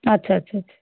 আচ্ছা আচ্ছা আচ্ছা